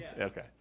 Okay